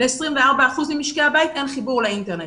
ו-24 אחוזים ממשקי הבית, אין להם חיבור לאינטרנט.